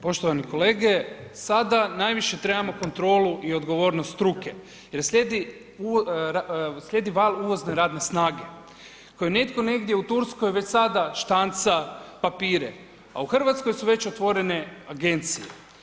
Poštovani kolege, sada najviše trebamo kontrolu i odgovornost struke jer slijedi val uvozne radne snage koju netko negdje u Turskoj već sada štanca papire a u Hrvatskoj su već otvorene agencije.